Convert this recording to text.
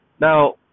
now